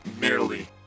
merely